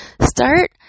Start